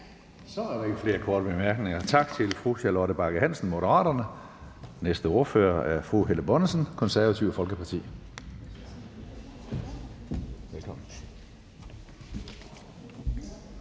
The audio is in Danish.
Så er der ikke flere korte bemærkninger. Tak til fru Charlotte Bagge Hansen, Moderaterne. Næste ordfører er fru Helle Bonnesen, Det Konservative Folkeparti. Kl.